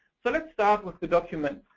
so let's start with the documents.